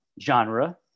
genre